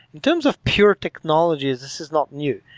in terms of pure technology, this is not new.